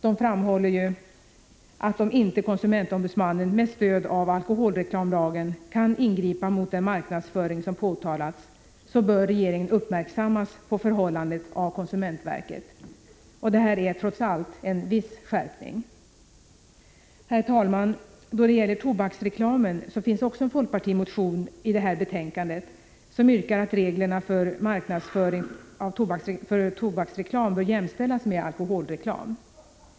De framhåller att om inte konsumentombudsmannen med stöd av alkoholreklamlagen kan ingripa mot den marknadsföring som påtalats, så bör regeringen uppmärksammas på förhållandet av konsumentverket. Detta är trots allt en viss skärpning. Herr talman! Då det gäller tobaksreklamen behandlas också en folkpartimotion i detta betänkande i vilken yrkas att reglerna för tobaksreklam bör jämställas med reglerna för alkoholreklam.